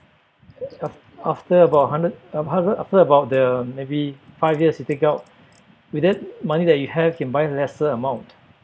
af~ after about a hundred uh after after about the maybe five years you take out with that money that you have can buy lesser amount